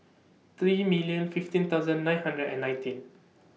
three million fifteen thousand nine hundred and nineteen